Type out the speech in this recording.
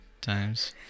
times